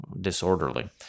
disorderly